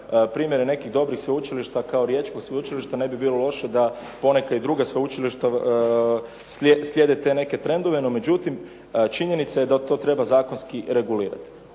primjere nekih dobrih sveučilišta kao Riječko sveučilište. Ne bi bilo loše da poneka i druga sveučilišta slijede te neke trendove. No međutim, činjenica je da to treba zakonski regulirati.